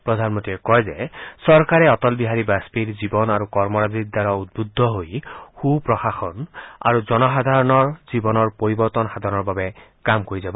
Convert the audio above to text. প্ৰধানমন্ত্ৰীয়ে কয় যে চৰকাৰে অটল বিহাৰী বাজপেয়ীৰ জীৱন আৰু কৰ্মৰাজিৰ দ্বাৰা উদ্বুদ্ধ হৈ সূপ্ৰশাসন আৰু জনসাধাৰণৰ জীৱনৰ পৰিবৰ্তন সাধনৰ বাবে কাম কৰি যাব